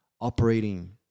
operating